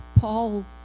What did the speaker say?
Paul